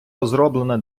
розроблена